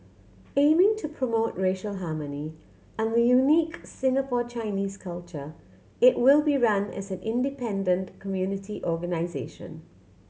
aiming to promote racial harmony and the unique Singapore Chinese culture it will be run as an independent community organisation